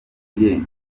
bapfuye